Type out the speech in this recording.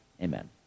Amen